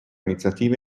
iniziative